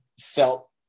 felt